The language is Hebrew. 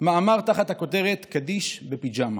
מאמר תחת הכותרת "קדיש בפיג'מה",